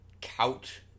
couch